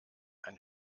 ein